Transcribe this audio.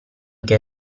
che